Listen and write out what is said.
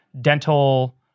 dental